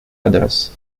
others